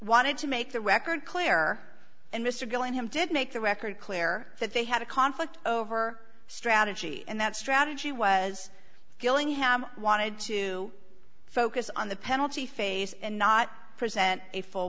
wanted to make the record clear and mr gillingham did make the record clear that they had a conflict over strategy and that strategy was gillingham wanted to focus on the penalty phase and not present a full